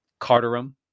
Carterum